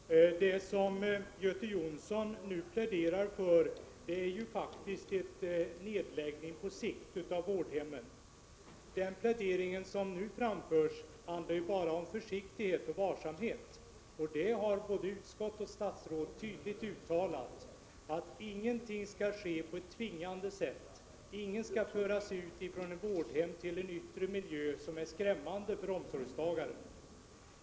Herr talman! Det som Göte Jonsson nu pläderar för är faktiskt nedläggning på sikt av vårdhemmen. Vad som nu framförs handlar ju bara om försiktighet och varsamhet. Men både utskott och statsråd har tydligt uttalat att ingenting skall ske på ett tvingande sätt. Ingen skall föras ut från ett vårdhem till en yttre miljö som är skrämmande.